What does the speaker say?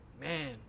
Man